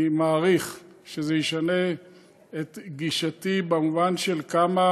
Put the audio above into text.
אני מעריך שזה ישנה את גישתי במובן של כמה